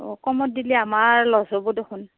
অ' কমত দিলে আমাৰ লচ হ'ব দেখোন